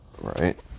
Right